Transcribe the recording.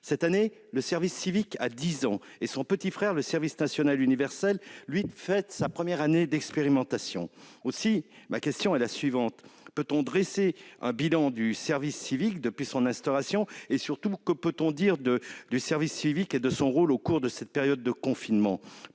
Cette année, le service civique a 10 ans et son petit frère, le service national universel, fête, lui, sa première année d'expérimentation. Ma question est la suivante : peut-on dresser un bilan du service civique depuis son instauration et, surtout, que peut-on dire du service civique et de son rôle au cours de cette période de confinement ?